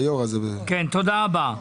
כן, תודה רבה.